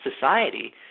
society